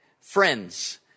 friends